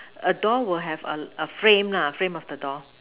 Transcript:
a door will have a a frame lah frame of the door